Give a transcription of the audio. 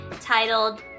titled